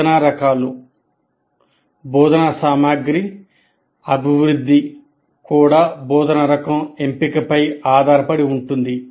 బోధనా రకాలు బోధనా సామగ్రి అభివృద్ధి కూడా బోధనా రకం ఎంపికపై ఆధారపడి ఉంటుంది